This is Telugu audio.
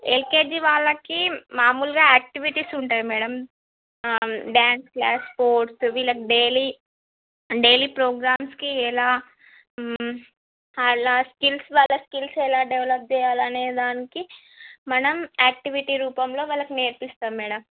ఎల్కేజీ వాళ్ళకి మామూలుగా యాక్టివిటీస్ ఉంటాయి మేడం డాన్స్ క్లాస్ స్పోర్ట్స్ వీళ్ళకి డైలీ డైలీ ప్రోగ్రామ్స్కి ఎలా ఆళ్ళ స్కిల్స్ వాళ్ళ స్కిల్స్ ఎలా డెవలప్ చెయ్యాలి అనేదానికి మనం యాక్టీవిటీ రూపంలో వాళ్ళకి నేర్పిస్తాం మేడం